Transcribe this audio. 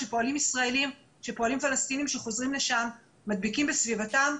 שפועלים פלסטינים שחוזרים לשם מדביקים בסביבתם.